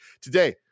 today